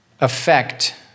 affect